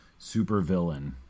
supervillain